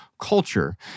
culture